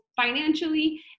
financially